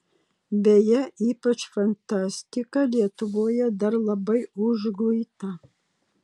beje ypač fantastika lietuvoje dar labai užguita